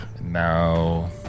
Now